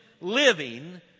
living